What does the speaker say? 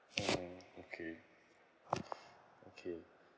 mm okay okay